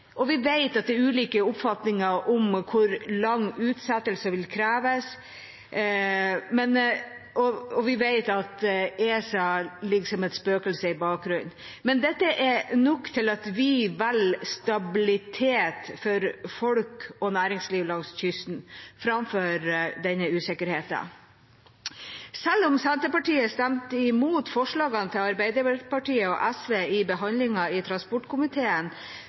Vi vet at det er ulike oppfatninger om hvor lang utsettelse som vil kreves, og vi vet at ESA ligger som et spøkelse i bakgrunnen, men dette er nok til at vi velger stabilitet for folk og næringsliv langs kysten framfor denne usikkerheten. Selv om Senterpartiet stemte imot forslagene til Arbeiderpartiet og SV i behandlingen i transportkomiteen,